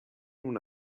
una